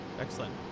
Excellent